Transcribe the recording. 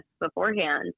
beforehand